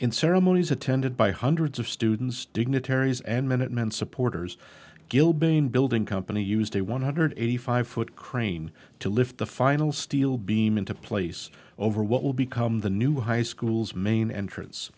in ceremonies attended by hundreds of students dignitaries and minutemen supporters gilby in building company used a one hundred eighty five foot crane to lift the final steel beam into place over what will become the new high school's main entrance